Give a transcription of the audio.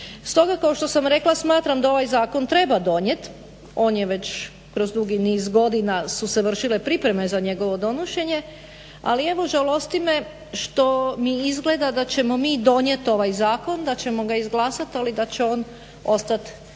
Stoga kao što sam rekla, smatram da ovaj zakon treba donijeti. On je već kroz dugi niz godina su se vršile pripreme za njegovo donošenje, ali evo žalosti me što mi izgleda da ćemo mi donijeti ovaj zakon, da ćemo ga izglasat ali da će on ostat neprovediv.